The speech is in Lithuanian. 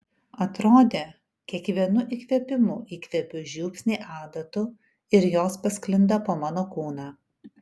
atrodė kiekvienu įkvėpimu įkvepiu žiupsnį adatų ir jos pasklinda po mano kūną